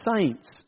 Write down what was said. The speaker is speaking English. saints